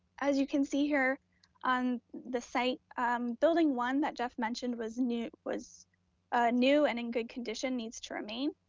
as you can see here on the site building one, that jeff mentioned, was new was new and in good condition, needs to remain.